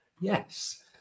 Yes